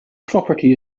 property